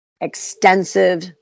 extensive